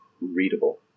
readable